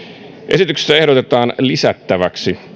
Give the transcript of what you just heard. esityksessä ehdotetaan lisättäväksi